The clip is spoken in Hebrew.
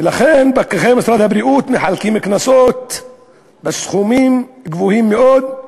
ולכן פקחי משרד הבריאות מחלקים קנסות בסכומים גבוהים מאוד,